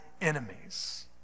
enemies